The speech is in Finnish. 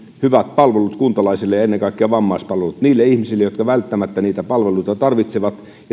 hyvät palvelut kuntalaisille ja ennen kaikkea vammaispalvelut niille ihmisille jotka välttämättä niitä palveluita tarvitsevat